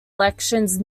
elections